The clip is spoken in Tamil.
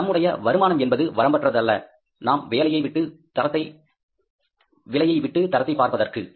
நம்முடைய வருமானம் என்பது வரம்பற்றதல்ல நாம் விலையை விட்டு தரத்தை பார்ப்பதற்கு